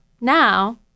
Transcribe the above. now